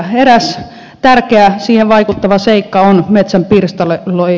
eräs tärkeä siihen vaikuttava seikka on metsän pirstaleisuus